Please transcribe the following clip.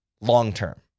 long-term